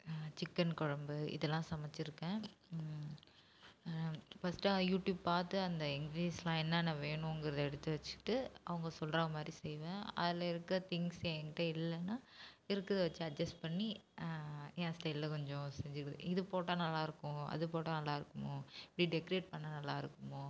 chicken குழம்பு இதெல்லாம் சமைச்சிருக்கேன் ஃபஸ்டா யூடியூப் பார்த்து அந்த இங்கிலிஷ்லாம் என்னென்ன வேணுங்கிறதை எடுத்து வச்சிகிட்டு அவங்க சொல்கிறா மாதிரி செய்வேன் அதில் இருக்க திங்ஸ் எங்கிட்ட இல்லைனா இருக்கிறத வச்சி அட்ஜஸ்ட் பண்ணி என் ஸ்டைலில் கொஞ்சம் செஞ்சு இது போட்டால் நல்லா இருக்கும் அது போட்டால் நல்லா இருக்கும் இப்படி டெக்ரேட் பண்ணிணா நல்லா இருக்கும்